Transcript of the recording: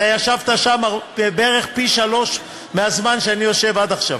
אתה ישבת שם בערך פי-שלושה מהזמן שאני יושב עד עכשיו.